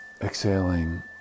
exhaling